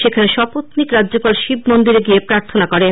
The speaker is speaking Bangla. সেখানে সপত্লীক রাজ্যপাল শিব মন্দিরে গিয়ে প্রার্থনা করেন